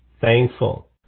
thankful